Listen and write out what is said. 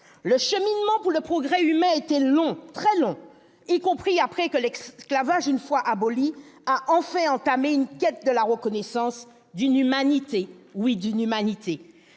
Le cheminement pour le progrès humain a été long, très long, y compris après que, l'esclavage une fois aboli, a enfin commencé une quête de la reconnaissance d'une humanité. Oui, d'une humanité